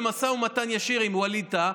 במשא ומתן ישיר עם ווליד טאהא,